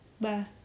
bye